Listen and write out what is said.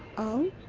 oh,